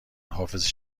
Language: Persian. حافظه